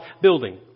building